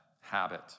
habit